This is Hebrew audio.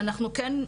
שאנחנו כן,